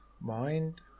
mind